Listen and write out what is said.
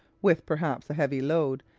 with perhaps a heavy load,